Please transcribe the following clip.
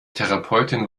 therapeutin